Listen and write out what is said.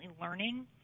learning